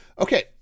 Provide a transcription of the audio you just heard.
okay